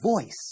voice